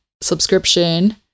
subscription